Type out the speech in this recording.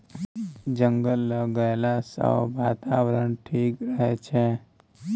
जंगल लगैला सँ बातावरण ठीक रहै छै